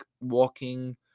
walking